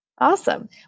Awesome